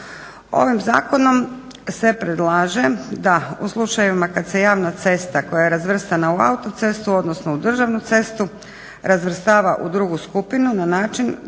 Ovim zakonom se predlaže da u slučajevima kada se javna cesta koja je razvrstana u autocestu odnosno u državnu cestu razvrstava u drugu skupinu na način